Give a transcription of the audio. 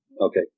Okay